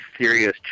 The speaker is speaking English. serious